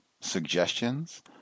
suggestions